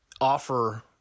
offer